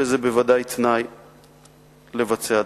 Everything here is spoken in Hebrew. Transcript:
וזה בוודאי תנאי כדי לבצע דברים.